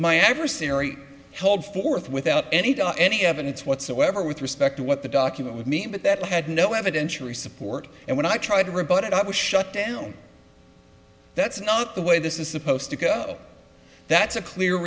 my adversary held forth without any doubt any evidence whatsoever with respect to what the document would mean but that had no evidentiary support and when i tried to rebut it i was shut down that's not the way this is supposed to go that's a clear